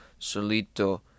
solito